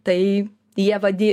tai jie vadi